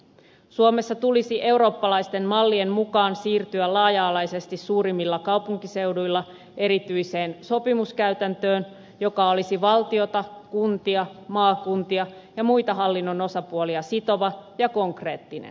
suomessa tulisi eurooppalaisten mallien mukaisesti siirtyä laaja alaisesti suurimmilla kaupunkiseuduilla erityiseen sopimuskäytäntöön joka olisi valtiota kuntia maakuntia ja muita hallinnon osapuolia sitova ja konkreettinen